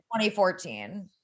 2014